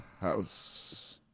House